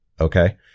okay